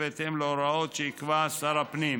ובהתאם להוראות שיקבע שר הפנים,